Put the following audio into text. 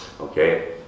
Okay